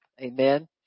Amen